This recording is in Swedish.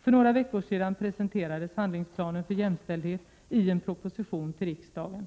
För några veckor sedan presenterades handlingsplanen för jämställdhet i en proposition till riksdagen.